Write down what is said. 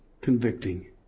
convicting